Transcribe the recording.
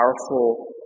powerful